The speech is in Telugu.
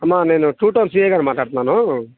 అమ్మా నేను టూ టౌన్ సీ ఐ గారిని మాట్లాడుతున్నాను